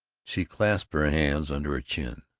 she clasped her hands under her chin,